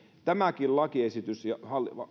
tämäkin lakiesitys ja